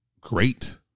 great